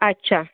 अच्छा